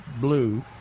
blue